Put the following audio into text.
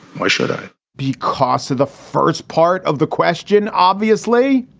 why should i be costs to the first part of the question? obviously,